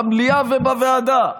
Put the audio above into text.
במליאה ובוועדה: